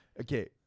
Okay